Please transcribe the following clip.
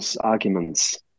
arguments